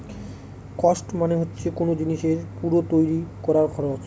cost মানে হচ্ছে কোন জিনিসের পুরো তৈরী করার খরচ